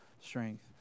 strength